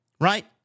right